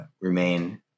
remain